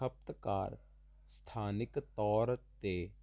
ਖਪਤਕਾਰ ਸਥਾਨਿਕ ਤੌਰ 'ਤੇ